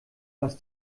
was